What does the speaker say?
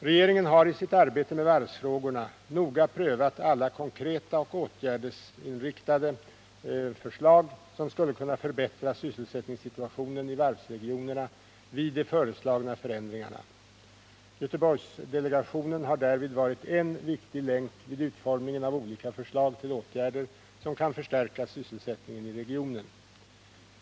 Regeringen har i sitt arbete med varvsfrågorna noga prövat alla konkreta och åtgärdsinriktade förslag som skulle kunna förbättra sysselsättningssituationen i varvsregionerna genom de föreslagna förändringarna. Göteborgsdelegationen har härvidlag varit en viktig länk vid utformningen av olika förslag till åtgärder som kan förstärka sysselsättningen i regionen.